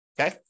okay